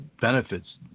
benefits